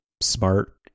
smart